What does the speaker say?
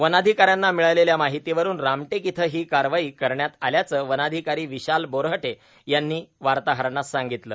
वनाधिकाऱ्यांना मिळालेल्या माहितीवरुन रामटेक इथं ही कारवाई करण्यात आल्याचं वनाधिकारी विशाल बोरहटे यांनी वार्ताहरांना सांगितलं